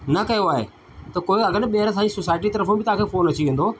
न कयो आहे त कोई अगरि ॿीहर सोसाईटी तरफूं बि तव्हांखे फोन अची वेंदो